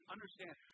Understand